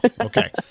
okay